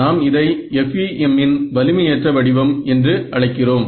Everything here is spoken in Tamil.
நாம் இதை FEM இன் வலிமையற்ற வடிவம் என்று அழைக்கிறோம்